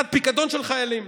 אחד, פיקדון של חיילים.